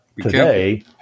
today